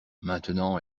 maintenant